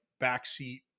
backseat